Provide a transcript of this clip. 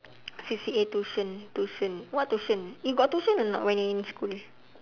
C_C_A tuition tuition what tuition you got tuition or not when you in school